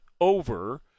over